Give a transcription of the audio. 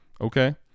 Okay